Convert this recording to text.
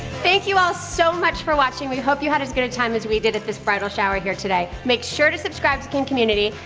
thank you all so much for watching. we hope you had as good a time as we did at this bridal shower here today. make sure to subscribe to kin community,